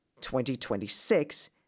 2026